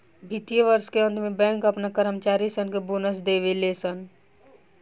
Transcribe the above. वित्तीय वर्ष के अंत में बैंक अपना कर्मचारी सन के बोनस देवे ले सन